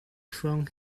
from